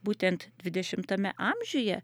būtent dvidešimtame amžiuje